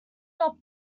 not